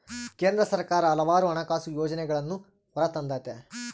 ಕೇಂದ್ರ ಸರ್ಕಾರ ಹಲವಾರು ಹಣಕಾಸು ಯೋಜನೆಗಳನ್ನೂ ಹೊರತಂದತೆ